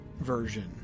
Version